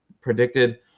predicted